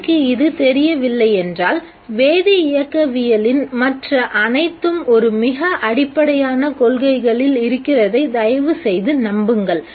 உங்களுக்கு இது தெரியவில்லையென்றால் வேதி இயக்கவியலின் மற்ற அனைத்தும் ஒரு மிக அடிப்படையான கொள்கைகளில் இருக்கிறதை தயவுசெய்து நம்புங்கள்